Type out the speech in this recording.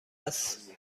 است